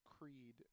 Creed